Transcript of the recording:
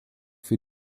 für